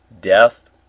Death